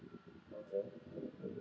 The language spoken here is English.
mmhmm